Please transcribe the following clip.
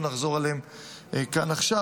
ולא נחזור עליהם כאן ועכשיו.